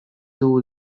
dugu